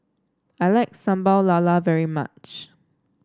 I like Sambal Lala very much